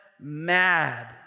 mad